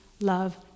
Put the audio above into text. love